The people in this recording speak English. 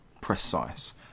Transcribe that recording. precise